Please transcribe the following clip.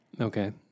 Okay